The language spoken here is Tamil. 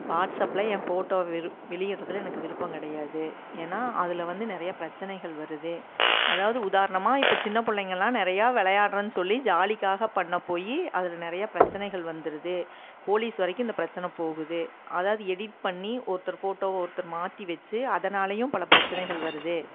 வாட்ஸ்ஆப்பில் என் ஃபோட்டோ வெள் வெளியிட்றதில் எனக்கு விருப்பம் கிடையாது ஏன்னா அதில் வந்து நிறையா பிரச்சனைகள் வருது அதாவது உதாரணமாக இப்போ சின்ன பிள்ளைங்க எல்லாம் நிறையா விளையாட்றேன்னு சொல்லி ஜாலிக்காக பண்ண போய் அதில் நிறையா பிரச்சனைகள் வந்துருது போலீஸ் வரைக்கும் இந்த பிரச்சனை போகுது அதாவது எடிட் பண்ணி ஒருத்தர் ஃபோட்டோவை ஒருத்தர் மாற்றி வச்சி அதனாலையும் பல பிரச்சனைகள் வருது